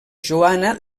joana